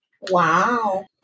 Wow